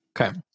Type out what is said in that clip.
Okay